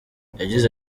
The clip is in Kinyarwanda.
yagize